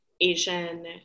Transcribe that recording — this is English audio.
Asian